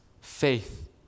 faith